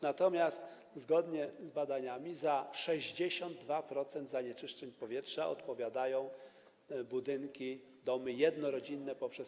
Natomiast zgodnie z badaniami za 62% zanieczyszczeń powietrza odpowiadają budynki, domy jednorodzinne poprzez